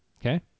Okay